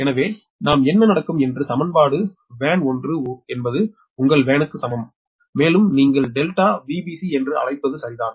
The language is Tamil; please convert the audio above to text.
எனவே நாம் என்ன நடக்கும் என்பது சமன்பாடு வேன் 1 என்பது உங்கள் வேனுக்கு சமம் மேலும் நீங்கள் டெல்டா விபிசி என்று அழைப்பது சரிதான்